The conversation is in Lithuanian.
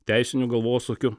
teisinių galvosūkių